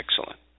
Excellent